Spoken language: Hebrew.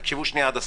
תקשיבו עד הסוף.